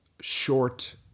short